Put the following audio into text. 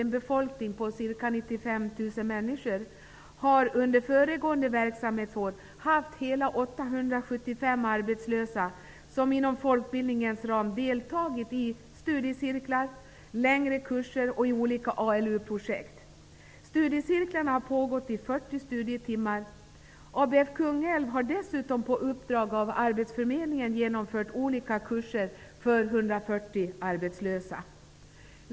95 000 människor. Under föregående verksamhetsår har Kungälv haft 875 arbetslösa som inom folkbildningens ram deltagit i studiecirklar, längre kurser och i olika ALU-projekt. Studiecirklarna har pågått i 40 studietimmar. ABF Kungälv har dessutom på uppdrag av arbetsförmedlingen genomfört olika kurser för 140 arbetslösa.